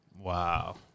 Wow